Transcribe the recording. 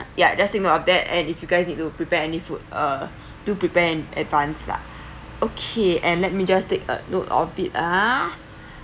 ya just take note of that and if you guys need to prepare any food uh do prepare in advance lah okay and let me just take a note of it ah